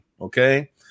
okay